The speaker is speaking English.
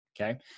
Okay